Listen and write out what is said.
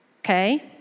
Okay